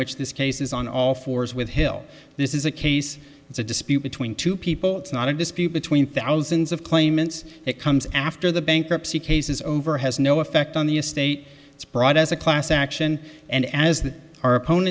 which this case is on all fours with hill this is a case it's a dispute between two people it's not a dispute between thousands of claimants it comes after the bankruptcy case is over has no effect on the estate it's brought as a class action and as our o